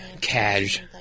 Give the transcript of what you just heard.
cash